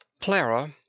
Clara